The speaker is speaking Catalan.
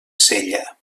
cella